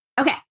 okay